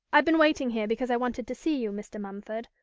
i've been waiting here because i wanted to see you, mr. mumford.